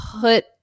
put